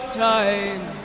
time